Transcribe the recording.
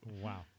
Wow